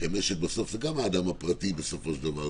כי המשק זה גם האדם הפרטי בסופו של דבר,